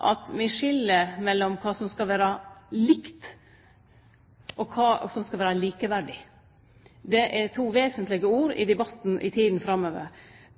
at vi skil mellom kva som skal vere likt, og kva som skal vere likeverdig. Det er to vesentlege ord i debatten i tida framover.